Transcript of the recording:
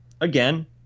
again